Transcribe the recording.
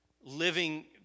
living